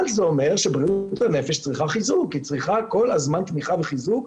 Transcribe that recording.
אבל זה אומר שבריאות הנפש צריכה כל הזמן תמיכה וחיזוק.